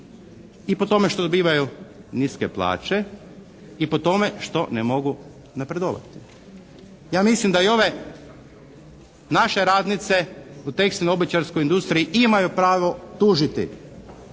i po tome što dobivaju niske plaće i po tome što ne mogu napredovati. Ja mislim da i ove naše radnice u tekstilno-obućarskoj industriji imaju pravo tužiti